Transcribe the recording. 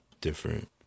different